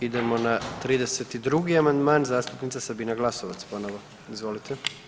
Idemo na 32. amandman, zastupnica Sabina Glasovac ponovo, izvolite.